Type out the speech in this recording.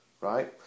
right